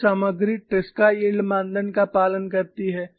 कुछ सामग्री Tresca yield मानदंड का पालन करती है